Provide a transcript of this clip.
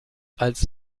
als